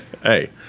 Hey